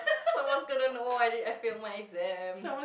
someone's gonna know what I did I failed my exam